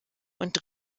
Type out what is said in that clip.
und